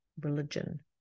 religion